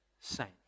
saint